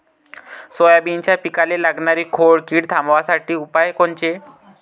सोयाबीनच्या पिकाले लागनारी खोड किड थांबवासाठी उपाय कोनचे?